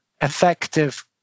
effective